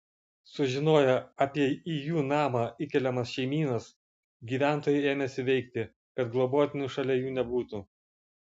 sužinoję apie į jų namą įkeliamas šeimynas gyventojai ėmėsi veikti kad globotinių šalia jų nebūtų